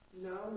No